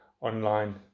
online